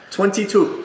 Twenty-two